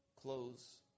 clothes